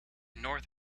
north